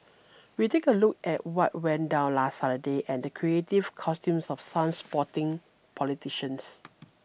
we take a look at what went down last Saturday and the creative costumes of some sporting politicians